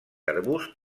arbust